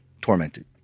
tormented